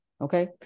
Okay